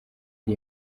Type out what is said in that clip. iri